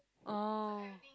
oh